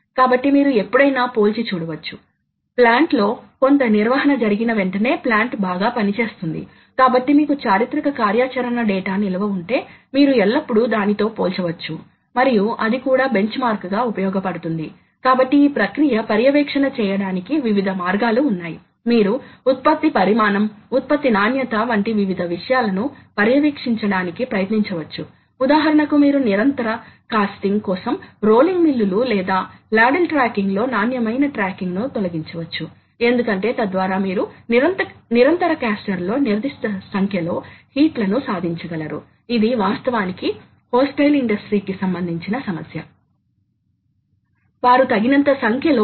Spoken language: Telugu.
కాబట్టి ఇప్పుడు మనం ఈ మెషిన్ యొక్క డ్రైవ్ల అవసరాలను పరిశీలీద్దాము మనకు రెండు రకాల డ్రైవ్లు ఉన్నాయి ఒక డ్రైవ్ ఫీడ్ డ్రైవ్ కాబట్టి మీరు గమనిస్తే ప్రాథమికంగా మీరు డ్రైవ్ల పై లోడ్ను చూసినట్లయితే లోడ్ ఈ విధమైన వ్యక్తీకరణ ఇవ్వ బడుతుంది ఇక్కడ లోడ్ టార్క్ ఇది TL లోడ్ టార్క్ అనేది టార్క్ కాబట్టి ఇది శక్తి అప్పుడు కటింగ్ ఫోర్స్ టర్నింగ్ సందర్భంలో ఫీడ్ డ్రైవ్ సాధనాన్ని కదిలిస్తున్నసందర్భం లో టిప్ వద్ద సంభవిస్తుంది